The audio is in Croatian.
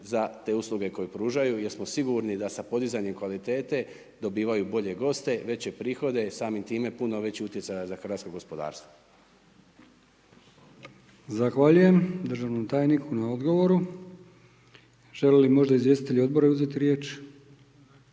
za te usluge koje pružaju jer smo sigurni da sa podizanjem kvalitete dobivaju bolje goste, veće prihode i samim time puno veći utjecaj za hrvatsko gospodarstvo. **Brkić, Milijan (HDZ)** Zahvaljujem državnom tajniku na odgovoru. Žele li možda izvjestitelji odbora uzeti riječ?